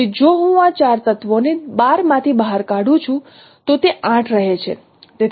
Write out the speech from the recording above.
તેથી જો હું આ ચાર તત્વોને 12 માંથી બહાર કાઢું છું તો તે 8 રહે છે